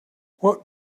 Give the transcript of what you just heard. what